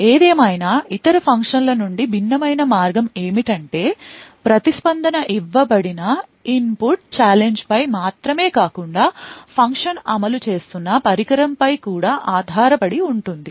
ఏదేమైనా ఇతర ఫంక్షన్ల నుండి భిన్నమైన మార్గం ఏమిటంటే ప్రతిస్పందన ఇవ్వబడిన ఇన్పుట్ ఛాలెంజ్ పై మాత్రమే కాకుండా ఫంక్షన్ అమలు చేస్తున్న పరికరం పై కూడా ఆధారపడి ఉంటుంది